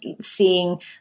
seeing